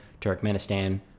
Turkmenistan